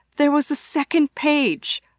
there was a second page!